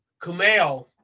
Kumail